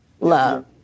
love